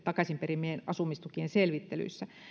takaisin perimien asumistukien selvittelyissä